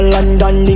London